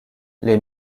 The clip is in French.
les